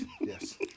Yes